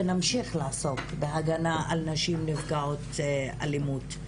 ונמשיך לעסוק בהגנה על נשים נפגעות אלימות.